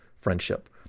friendship